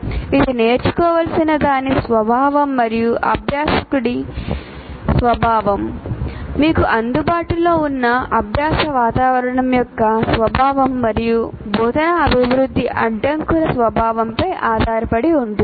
ఇది నేర్చుకోవలసిన దాని స్వభావం మరియు అభ్యాసకుడి స్వభావం మీకు అందుబాటులో ఉన్న అభ్యాస వాతావరణం యొక్క స్వభావం మరియు బోధనా అభివృద్ధి అడ్డంకుల స్వభావంపై ఆధారపడి ఉంటుంది